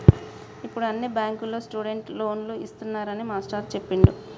ఇప్పుడు అన్ని బ్యాంకుల్లో స్టూడెంట్ లోన్లు ఇస్తున్నారని మాస్టారు చెప్పిండు